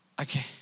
okay